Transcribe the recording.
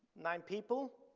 nine people,